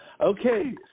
Okay